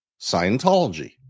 Scientology